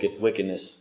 wickedness